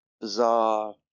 bizarre